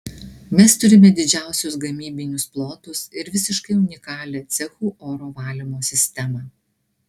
mes turime didžiausius gamybinius plotus ir visiškai unikalią cechų oro valymo sistemą